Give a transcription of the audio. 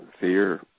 fear